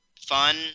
fun